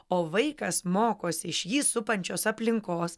o vaikas mokosi iš jį supančios aplinkos